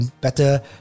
better